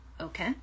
Okay